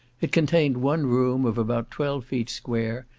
it contained one room, of about twelve feet square,